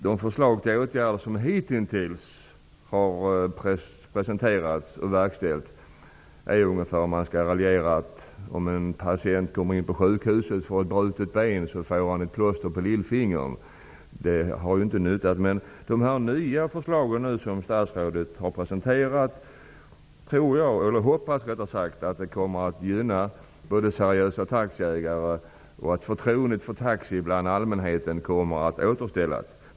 De förslag till åtgärder som hittills har presenterats och verkställts kan jämföras med att en patient som kommer in på sjukhuset för ett brutet ben bara får ett plåster på lillfingret. De har inte haft någon verkan. Men jag hoppas att de nya förslag som statsrådet nu har presenterat kommer att gynna seriösa taxiägare och leda till att förtroendet för taxi hos allmänheten återställs.